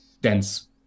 dense